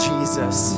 Jesus